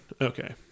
Okay